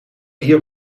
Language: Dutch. dier